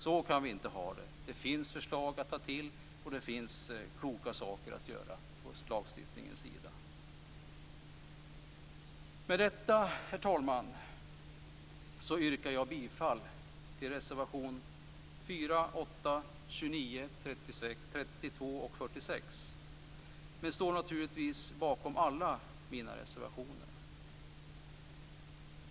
Så kan vi inte ha det. Det finns förslag att ta till, och det finns kloka saker att göra på lagstiftningens område. Med detta, herr talman, yrkar jag bifall till reservationerna 4, 8, 29, 32 och 46, men står naturligtvis bakom alla mina reservationer.